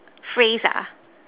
phrase